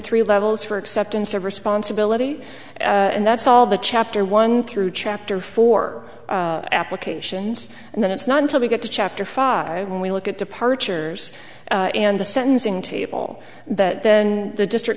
three levels for acceptance of responsibility and that's all the chapter one through chapter four applications and then it's not until we get to chapter five when we look at departures and the sentencing table that then the district